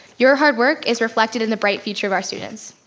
your hard work is reflected in the bright future of our students.